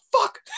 fuck